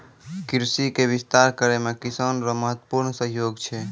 कृषि के विस्तार करै मे किसान रो महत्वपूर्ण सहयोग छै